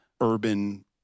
urban